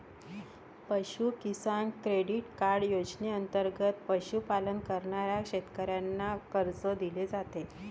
पशु किसान credit card योजनेंतर्गत पशुपालन करणाऱ्या शेतकऱ्यांना कर्ज दिले जाते